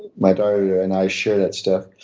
my daughter and i share that stuff.